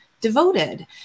devoted